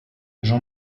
jean